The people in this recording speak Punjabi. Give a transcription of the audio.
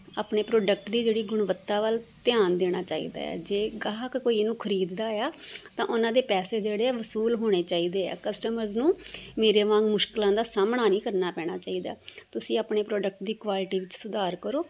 ਆਪਣੇ ਪ੍ਰੋਡਕਟ ਦੀ ਜਿਹੜੀ ਗੁਣਵੱਤਾ ਵੱਲ ਧਿਆਨ ਦੇਣਾ ਚਾਹੀਦਾ ਹੈ ਜੇ ਗਾਹਕ ਕੋਈ ਇਹਨੂੰ ਖਰੀਦਦਾ ਆ ਤਾਂ ਉਹਨਾਂ ਦੇ ਪੈਸੇ ਜਿਹੜੇ ਆ ਵਸੂਲ ਹੋਣੇ ਚਾਹੀਦੇ ਹੈ ਕਸਟਮਰਜ਼ ਨੂੰ ਮੇਰੇ ਵਾਂਗ ਮੁਸ਼ਕਲਾਂ ਦਾ ਸਾਹਮਣਾ ਨਹੀਂ ਕਰਨਾ ਪੈਣਾ ਚਾਹੀਦਾ ਤੁਸੀਂ ਆਪਣੇ ਪ੍ਰੋਡਕਟ ਦੀ ਕੁਆਲਟੀ ਵਿੱਚ ਸੁਧਾਰ ਕਰੋ